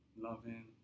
loving